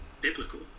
biblical